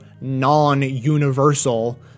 non-universal